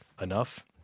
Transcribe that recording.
enough